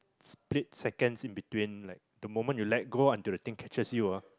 split second in between like the moment you let go until the thing catches you ah